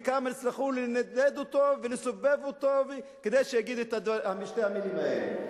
וכמה הצטרכו לנדנד אותו ולסובב אותו כדי שיגיד את שתי המלים האלה?